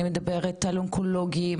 אני מדברת על אונקולוגיים,